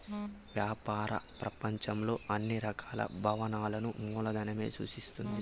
వ్యాపార ప్రపంచంలో అన్ని రకాల భావనలను మూలధనమే చూపిస్తుంది